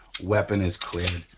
weapon is cleared.